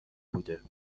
بوده